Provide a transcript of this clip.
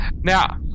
Now